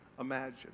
imagine